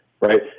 right